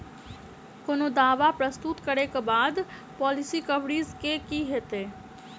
कोनो दावा प्रस्तुत करै केँ बाद पॉलिसी कवरेज केँ की होइत?